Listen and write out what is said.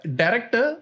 director